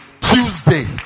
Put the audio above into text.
Tuesday